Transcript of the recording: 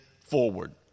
forward